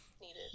needed